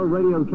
Radio